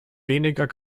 weniger